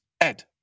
Ed